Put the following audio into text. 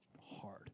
hard